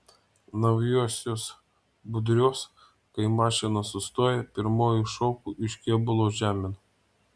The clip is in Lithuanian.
naujuosiuos budriuos kai mašina sustoja pirmoji šoku iš kėbulo žemėn